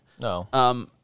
No